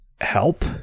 help